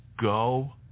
go